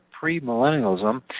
premillennialism